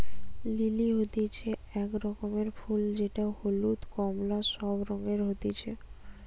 lily হতিছে এক রকমের ফুল যেটা হলুদ, কোমলা সব রঙে হতিছে